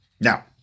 Now